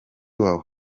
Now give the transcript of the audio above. iwawa